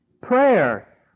prayer